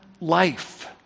life